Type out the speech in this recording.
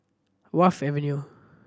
Wharf Avenue